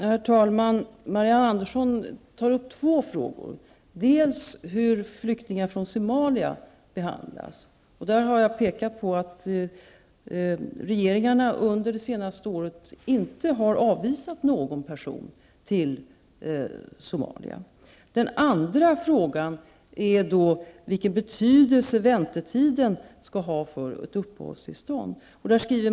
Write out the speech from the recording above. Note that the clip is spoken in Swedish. Herr talman! Marianne Andersson tar upp två frågor. Hon tar först upp behandlingen av flyktingar från Somalia. Jag har pekat på att regeringarna under det senaste året inte har avvisat någon person till Somalia. Den andra frågan är vilken betydelse väntetiden skall ha för ett uppehållstillstånd.